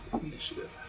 Initiative